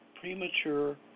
premature